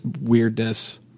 weirdness